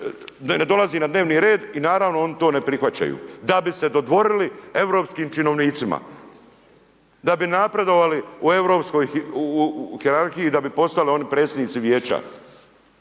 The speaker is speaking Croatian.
da dolazi na dnevni red i naravno oni to ne prihvaćaju, da bi se dodvorili europskim činovnicima, da bi napredovali u europskoj, u hijerarhiji, da bi postali oni predsjednici vijeća.